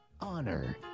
Honor